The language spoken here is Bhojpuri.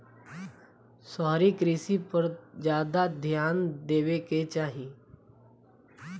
शहरी कृषि पर ज्यादा ध्यान देवे के चाही